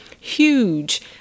huge